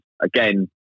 again